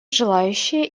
желающие